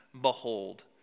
Behold